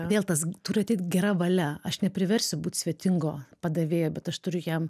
vėl tas turi ateit gera valia aš nepriversiu būt svetingo padavėjo bet aš turiu jam